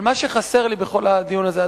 אבל מה שחסר לי בכל הדיון הזה,